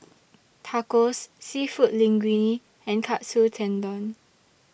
Tacos Seafood Linguine and Katsu Tendon